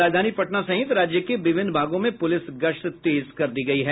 राजधानी पटना सहित राज्य के विभिन्न भागों में पुलिस गश्त तेज कर दी गयी है